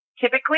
typically